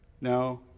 No